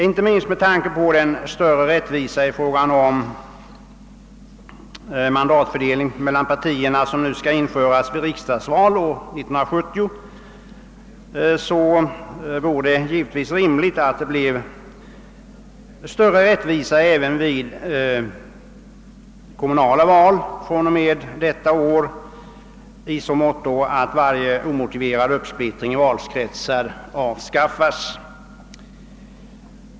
Inte minst med tanke på den större rättvisa i fråga om mandatfördelningen mellan partierna, som år 1970 skall införas vid riksdagsval, vore det givetvis rimligt att det skapades större rättvisa även vid kommunala val från och med detta år, i så måtto att varje omotiverad uppsplittring i valkretsar avskaffas.